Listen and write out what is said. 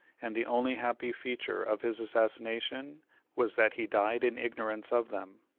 and the only happy feature of his assassination was that he died in ignorance of them.